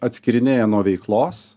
atskyrinėja nuo veiklos